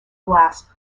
glass